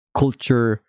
culture